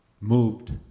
Moved